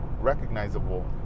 recognizable